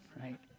right